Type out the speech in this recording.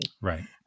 Right